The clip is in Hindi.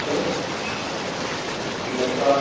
हलो नमस्कार